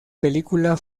película